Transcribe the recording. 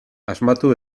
asmatu